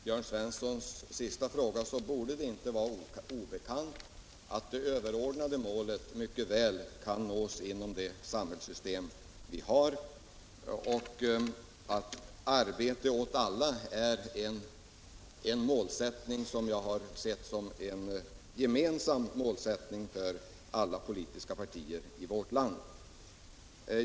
Herr talman! Beträffande Jörn Svenssons senaste fråga vill jag säga att det inte borde vara obekant att det överordnade målet mycket väl kan nås inom det samhällssystem vi har. Målsättningen arbete åt alla är, som jag ser det, ett gemensamt mål för alla politiska partier i vårt land.